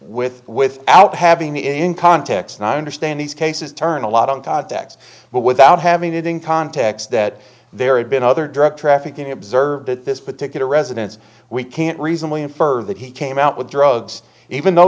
with without having the in context and i understand these cases turn a lot of decks but without having it in context that there had been other drug trafficking observe that this particular residence we can't reasonably infer that he came out with drugs even though